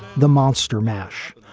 the monster mash,